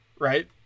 Right